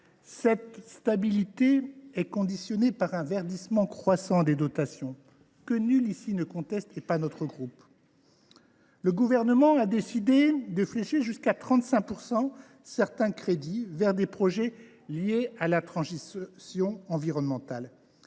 cette stabilité est toutefois conditionnée à un verdissement croissant des dotations que nul ici ne conteste et que mon groupe soutient. Le Gouvernement a décidé d’attribuer jusqu’à 35 % de certains crédits à des projets liés à la transition environnementale.